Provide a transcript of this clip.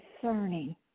discerning